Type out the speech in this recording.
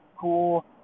cool